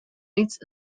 knights